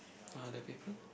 ah the paper